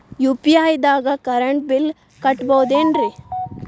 UPI ದಾಗ current bill ಕಟ್ಟಬಹುದೇನ್ರಿ?